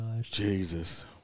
Jesus